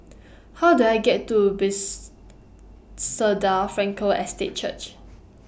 How Do I get to Base soda Frankel Estate Church